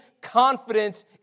confidence